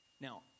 Now